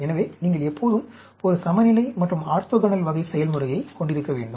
எனவே நீங்கள் எப்போதும் ஒரு சமநிலை மற்றும் ஆர்த்தோகனல் வகை செயல்முறையைக் கொண்டிருக்க வேண்டும்